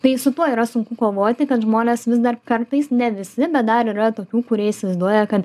tai su tuo yra sunku kovoti kad žmonės vis dar kartais ne visi bet dar yra tokių kurie įsivaizduoja kad